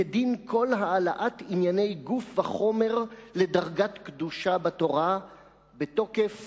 כדין כל העלאת ענייני גוף וחומר לדרגת קדושה בתורה בתוקף